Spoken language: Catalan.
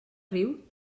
riu